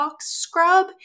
scrub